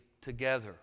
together